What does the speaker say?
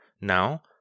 now